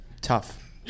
Tough